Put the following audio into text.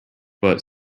but